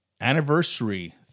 anniversary